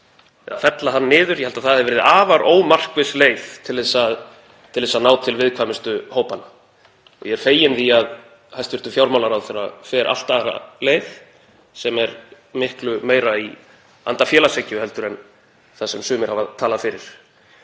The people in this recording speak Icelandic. eða fella hann niður. Ég held að það hefði verið afar ómarkviss leið til þess að ná til viðkvæmustu hópanna. Ég er feginn því að hæstv. fjármálaráðherra fer allt aðra leið sem er miklu meira í anda félagshyggju en það sem sumir hafa talað fyrir.